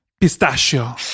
pistachio